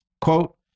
Quote